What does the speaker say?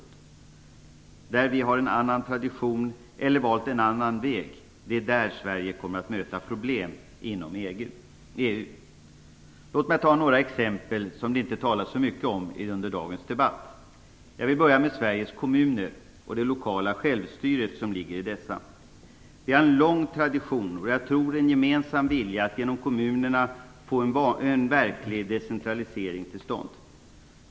Det är där vi har en annan tradition eller valt en annan väg som Sverige kommer att möta problem inom EU. Jag skall ta några exempel som det inte talats så mycket om i dagens debatt och börjar då med Vi har en lång tradition och, tror jag, en gemensam vilja att genom kommunerna få en verklig decentralisering till stånd.